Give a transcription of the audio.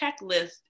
checklist